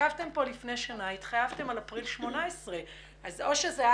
ישבתם כאן לפני שנה והתחייבתם על אפריל 2018. או שזה היה